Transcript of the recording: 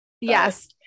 Yes